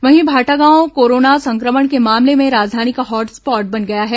वहीं भाटागांव कोरोना संक्रमण के मामले में राजधानी का हॉटस्पॉट बन गया है